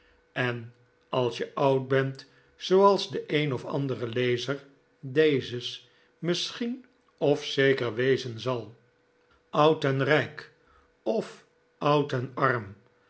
en als je oud bent zooals de een of andere lezer dezes misschien of zeker wezen zal oud en rijk of oud en arm